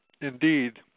indeed